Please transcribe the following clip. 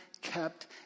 kept